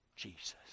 Jesus